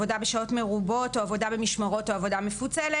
עבודה בשעות מרובות או עבודה במשמרות או עבודה מפוצלת,